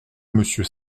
monsieur